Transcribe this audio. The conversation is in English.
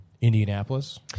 Indianapolis